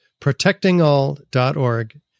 protectingall.org